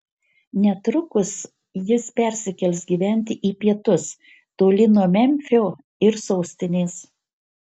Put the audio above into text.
netrukus jis persikels gyventi į pietus toli nuo memfio ir sostinės